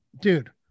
dude